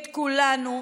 את כולנו,